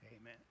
amen